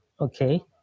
okay